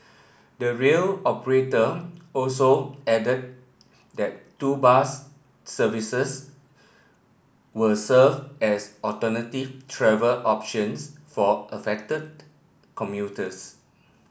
the rail operator also added that two bus services will serve as alternative travel options for affected commuters